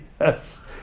yes